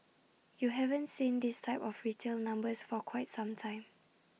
you haven't seen this type of retail numbers for quite some time